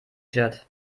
shirt